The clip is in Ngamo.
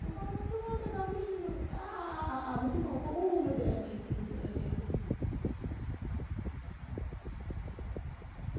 dukano ti wane ka mishi no ta a a mu dukanko bu mu daƙanshiti mu daƙanshiti